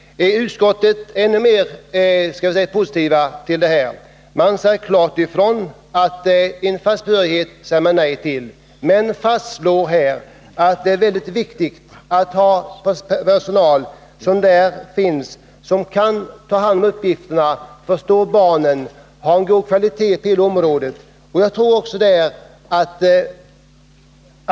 Utskottets uttalande är ännu mer positivt. Man säger visserligen nej till behörighetskravet men fastslår att det är viktigt att ha personal som kan ta hand om uppgifterna och som förstår barnen.